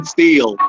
Steel